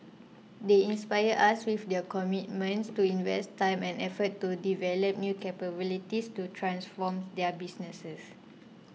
they inspire us with their commitment to invest time and effort to develop new capabilities to transform their businesses